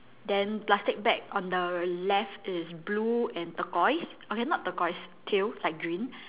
then plastic bag on the left is blue and turquoise okay not turquoise teal like green